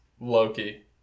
Loki